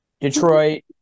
Detroit